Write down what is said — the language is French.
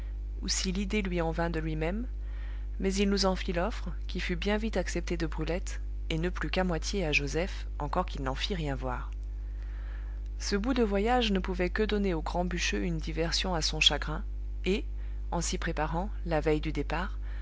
ou si l'idée lui en vint de lui-même mais il nous en fit l'offre qui fut bien vite acceptée de brulette et ne plut qu'à moitié à joseph encore qu'il n'en fît rien voir ce bout de voyage ne pouvait que donner au grand bûcheux une diversion à son chagrin et en s'y préparant la veille du départ